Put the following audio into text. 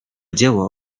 dzieło